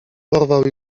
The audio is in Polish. porwał